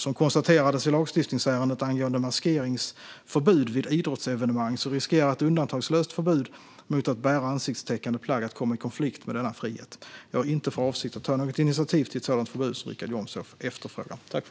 Som konstaterades i lagstiftningsärendet angående maskeringsförbud vid idrottsevenemang riskerar ett undantagslöst förbud mot att bära ansiktstäckande plagg att komma i konflikt med denna frihet. Jag har inte för avsikt att ta något initiativ till ett sådant förbud som Richard Jomshof efterfrågar.